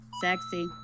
Sexy